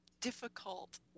difficult